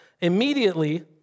Immediately